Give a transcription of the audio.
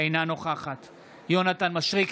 אינה נוכחת יונתן מישרקי,